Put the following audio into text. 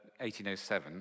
1807